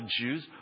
jews